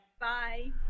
Bye